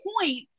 point